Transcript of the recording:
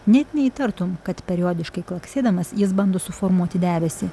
net neįtartum kad periodiškai klaksėdamas jis bando suformuoti debesį